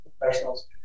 Professionals